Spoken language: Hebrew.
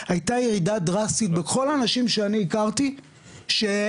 היתה ירידה דרסטית בין כל האנשים שאני הכרתי שהעזו